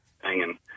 hanging